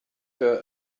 her